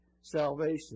salvation